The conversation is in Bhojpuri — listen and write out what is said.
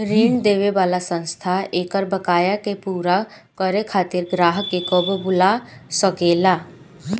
ऋण देवे वाला संस्था एकर बकाया के पूरा करे खातिर ग्राहक के कबो बोला सकेला